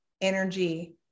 energy